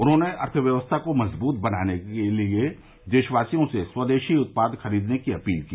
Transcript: उन्होंने अर्थव्यवस्था को मजबूत बनाने के लिए देशवासियों से स्वदेशी उत्पाद खरीदने की अपील की